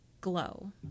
glow